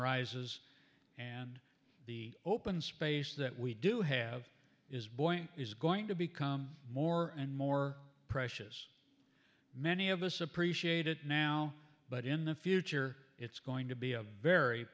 rises and the open space that we do have is boy is going to become more and more precious many of us appreciate it now but in the future it's going to be a very